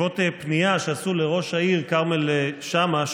בעקבות פנייה שעשו לראש העיר כרמל שאמה,